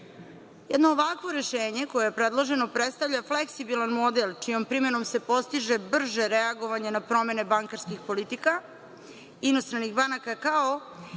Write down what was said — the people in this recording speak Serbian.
ovakvo rešenje, koje je predloženo, predstavlja fleksibilan model čijom primenom se postiže brže reagovanje na promene bankarskih politika inostranih banaka, kao